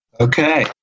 Okay